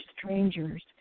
strangers